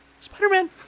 Spider-Man